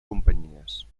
companyies